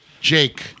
Jake